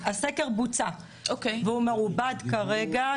אבל הסקר בוצע והוא מעובד כרגע,